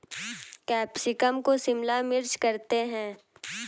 capsicum को शिमला मिर्च करते हैं